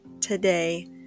today